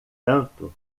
tanto